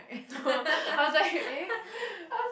no I was like eh